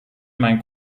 mein